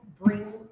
bring